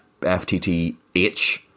FTTH